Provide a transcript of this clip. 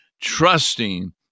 trusting